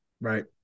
right